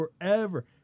forever